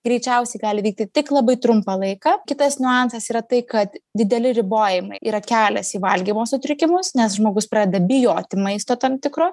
greičiausiai gali vykti tik labai trumpą laiką kitas niuansas yra tai kad dideli ribojimai yra kelias į valgymo sutrikimus nes žmogus pradeda bijoti maisto tam tikro